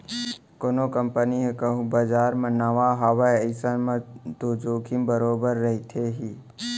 कोनो कंपनी ह कहूँ बजार म नवा हावय अइसन म तो जोखिम बरोबर रहिथे ही